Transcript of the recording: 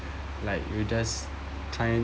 like you just try